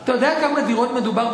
אתה יודע בכמה דירות מדובר,